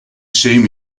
same